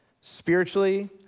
spiritually